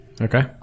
okay